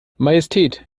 majestät